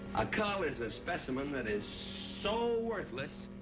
a cull is a specimen that is so worthless.